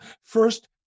first